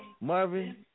Marvin